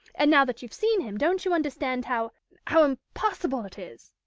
and now that you've seen him, don't you understand how how impossible it is